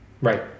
Right